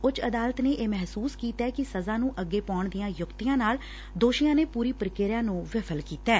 ਉੱਚ ਅਦਾਲਤ ਨੇ ਇਹ ਮਹਿਸੂਸ ਕੀਤੈ ਕਿ ਸਜ਼ਾ ਨੂੰ ਅੱਗੇ ਪਾਉਣ ਦੀਆ ਯੁਕਤੀਆ ਨਾਲ ਦੋਸ਼ੀਆ ਨੇ ਪੁਰੀ ਪ੍ਰੀਕੁਆ ਨੇ ਵੀਫਲ ਕੀਤੈ